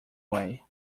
way